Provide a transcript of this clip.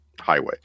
highway